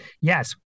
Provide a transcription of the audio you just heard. yes